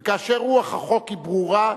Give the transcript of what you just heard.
וכאשר רוח החוק היא ברורה,